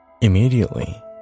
Immediately